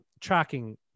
tracking